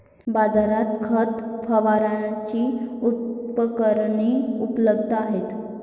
बाजारात खत फवारणीची उपकरणे उपलब्ध आहेत